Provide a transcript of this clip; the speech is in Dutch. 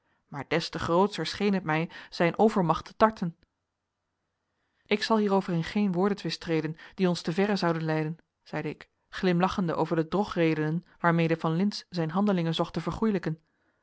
gebood maar des te grootscher scheen het mij zijn overmacht te tarten ik zal hierover in geen woordentwist treden die ons te verre zoude leiden zeide ik glimlachende over de drogredenen waarmede van lintz zijn handelingen